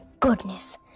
Goodness